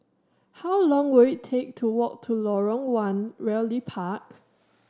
how long will it take to walk to Lorong One Realty Park